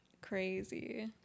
crazy